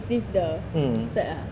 mmhmm